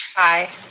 aye.